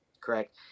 correct